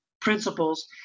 principles